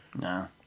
No